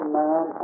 man